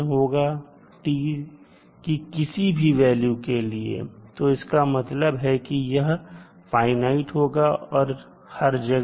होगा t कि किसी भी वैल्यू के लिए तो इसका मतलब है कि यह फाइनाइट होगा हर जगह